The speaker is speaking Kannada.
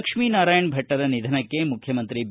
ಲಕ್ಷ್ಮೀ ನಾರಾಯಣಭಟ್ಟರ ನಿಧನಕ್ಕೆ ಮುಖ್ಯಮಂತ್ರಿ ಬಿ